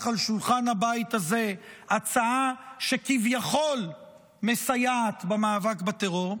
על שולחן הבית הזה הצעה שכביכול מסייעת במאבק בטרור,